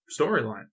storyline